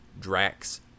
Drax